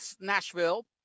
Nashville